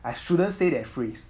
I shouldn't say that phrase